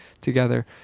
together